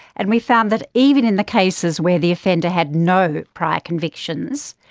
and we found that even in the cases where the offender had no prior convictions,